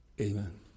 Amen